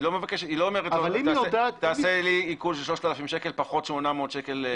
היא לא אומרת לו: תעשה לי עיקול של 3,000 שקל פחות 800 שקל.